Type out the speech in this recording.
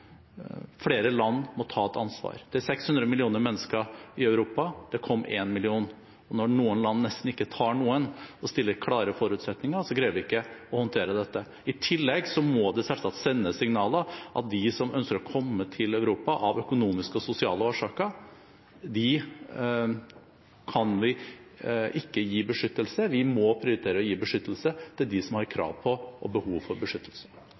Flere land må ta et ansvar. Det er 600 millioner mennesker i Europa. Det kom 1 million, og når noen land nesten ikke tar noen og stiller klare forutsetninger, greier vi ikke å håndtere dette. I tillegg må det selvsagt sendes signaler om at de som ønsker å komme til Europa av økonomiske og sosiale årsaker, kan vi ikke gi beskyttelse. Vi må prioritere å gi beskyttelse til dem som har krav på og behov for beskyttelse.